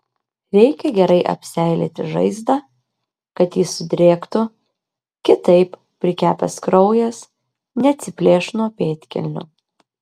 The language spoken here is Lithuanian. reikia gerai apseilėti žaizdą kad ji sudrėktų kitaip prikepęs kraujas neatsiplėš nuo pėdkelnių